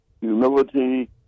humility